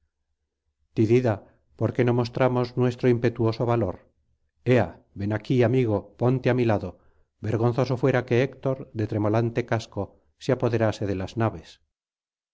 por qué no mostramos nuestro impetuoso valor ea ven aquí amigo ponte á mi lado vergonzoso fuera que héctor de tremolante casco se apoderase de las naves